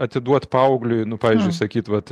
atiduot paaugliui nu pavyzdžiui sakyti vat